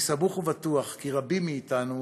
אני סמוך ובטוח כי רבים מאתנו